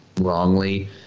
wrongly